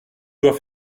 dois